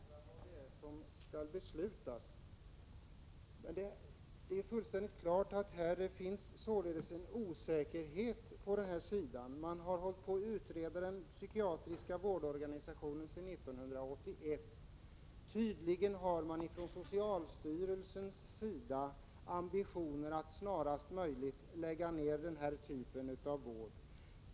Fru talman! Socialministern frågar vad det är som skall beslutas. Det borde stå fullständigt klart att det finns en osäkerhet i det här avseendet. Man har hållit på att utreda frågan om organisationen för psykiatrisk vård sedan 1981. Socialstyrelsen har tydligen ambitionen att snarast möjligt lägga ner den här typen av vård.